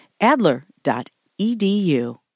Adler.edu